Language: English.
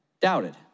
doubted